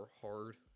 hard